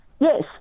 Yes